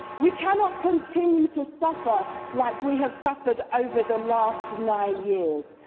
we cannot continue to suffer like we have suffered over the last nine years.